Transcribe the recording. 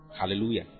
Hallelujah